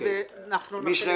ואנחנו --- נכון.